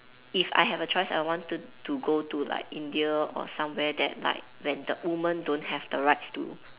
if I have a choice I want to to go to like India or somewhere there like where the women don't have the rights to